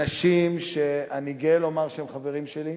אנשים שאני גאה לומר שהם חברים שלי,